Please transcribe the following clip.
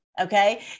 Okay